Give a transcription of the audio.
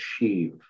achieve